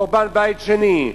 חורבן בית שני.